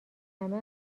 همه